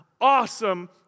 awesome